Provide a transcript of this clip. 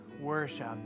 worship